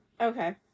Okay